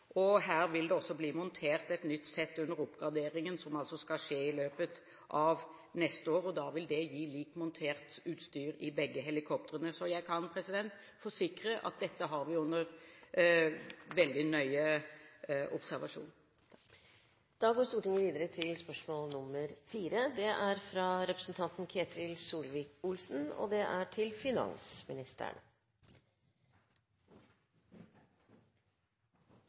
Her vil det også bli montert et nytt sett under oppgraderingen, som altså skal skje i løpet av neste år. Da vil det gi likt montert utstyr i begge helikoptrene. Så jeg kan forsikre om at dette har vi under veldig nøye observasjon. «Regjeringen har oppfordret folk til å kjøpe dieselbiler, men når mange har kjøpt det,